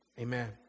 amen